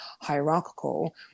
hierarchical